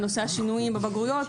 בנושא השינויים בבגרויות,